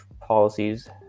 policies